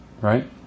right